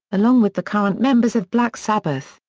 along with the current members of black sabbath,